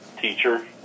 teacher